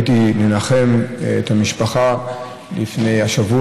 הייתי, הלכתי לנחם את המשפחה השבוע,